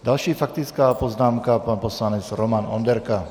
Další faktická poznámka, pan poslanec Roman Onderka.